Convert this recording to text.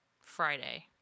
Friday